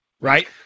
Right